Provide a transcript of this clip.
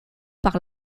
par